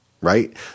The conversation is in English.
right